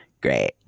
Great